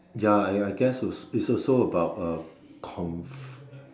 ya ya I guess is is also about the cons